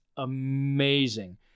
amazing